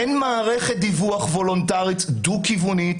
אין מערכת דיווח וולנטרית דו כיוונית